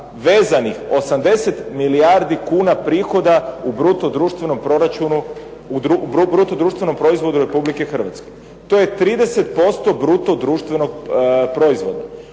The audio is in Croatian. vezanih 80 milijardi kuna prihoda u bruto društvenom proizvodu RH. To je 30% bruto društvenog proizvoda.